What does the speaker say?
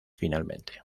finalmente